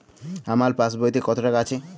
আমার পাসবইতে কত টাকা আছে?